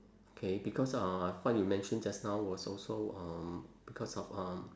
K because uh what you mention just now was also um because of um